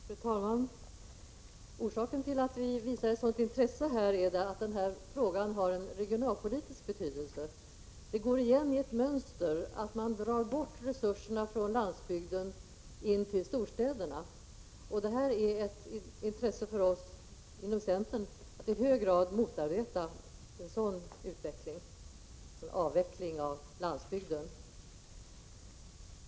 Fru talman! Orsaken till att vi visar ett sådant intresse är att frågan har en regionalpolitisk betydelse. Det går igen i ett mönster att man drar bort resurserna från landsbygden in till storstäderna. Det är ett intresse för oss inom centern att i hög grad motarbeta en sådan utveckling, dvs. en avveckling av landsbygden.